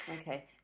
Okay